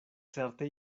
certe